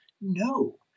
no